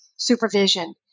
Supervision